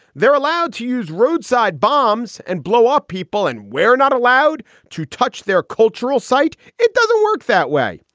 they're allowed to use roadside bombs and blow up people, and we're not allowed to touch their cultural site it doesn't work that way.